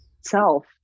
self